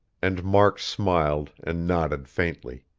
and mark smiled, and nodded faintly.